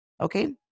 okay